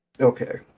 Okay